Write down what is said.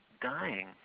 dying